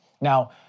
Now